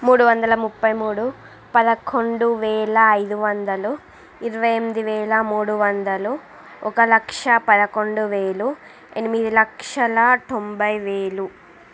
మూడువందల ముప్పై మూడు పదకొండు వేల ఐదు వందలు ఇరవై ఎనిమిది వేల మూడు వందలు ఒక లక్ష పదకొండు వేలు ఎనమిది లక్షల తొంభై వేలు